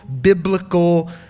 biblical